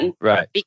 right